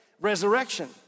Resurrection